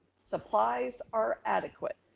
supplies are adequate.